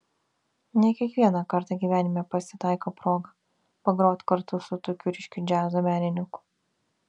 ne kiekvieną kartą gyvenime pasitaiko proga pagroti kartu su tokiu ryškiu džiazo menininku